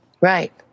Right